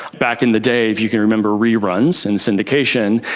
back in the day, if you can remember reruns and syndication,